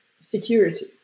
security